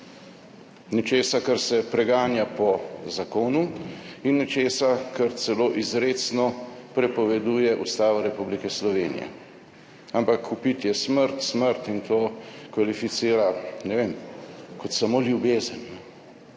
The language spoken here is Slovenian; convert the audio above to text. nečesa, kar se preganja po zakonu, in nečesa, kar celo izrecno prepoveduje Ustava Republike Slovenije. Ampak je vpitje »smrt, smrt« in to kvalificira, ne vem, kot samo ljubezen.